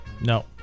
No